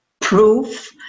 proof